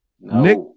Nick